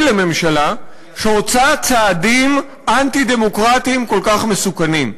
לממשלה שעושה צעדים אנטי-דמוקרטיים כל כך מסוכנים.